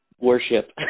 worship